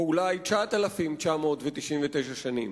או אולי 9,999 שנים.